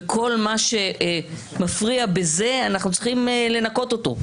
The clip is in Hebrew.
וכל מה שמפריע בזה אנחנו צריכים לנקות אותו,